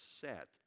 set